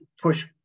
push